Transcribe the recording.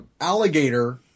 alligator